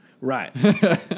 Right